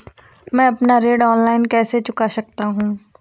मैं अपना ऋण ऑनलाइन कैसे चुका सकता हूँ?